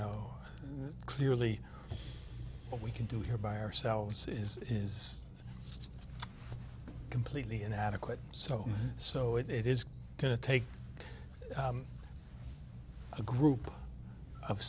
know clearly what we can do here by ourselves is is completely inadequate so so it is going to take a group of